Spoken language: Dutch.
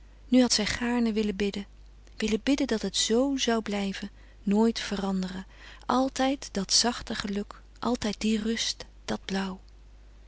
nu had zij gaarne willen bidden willen bidden dat het zoo zou blijven nooit veranderen altijd dat zachte geluk altijd die rust dat blauw